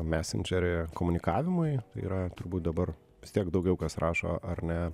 mesendžerį komunikavimui yra turbūt dabar vis tiek daugiau kas rašo ar ne